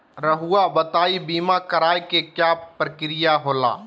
रहुआ बताइं बीमा कराए के क्या प्रक्रिया होला?